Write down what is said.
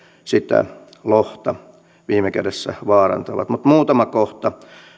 sitä lohta viime kädessä vaarantaa mutta muutama kohta